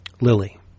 Lily